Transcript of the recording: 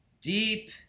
Deep